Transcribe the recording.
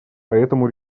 поэтому